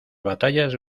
batallas